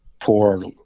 poor